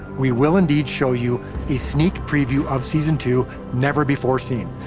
we will indeed show you a sneak preview of season two never before seen.